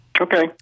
Okay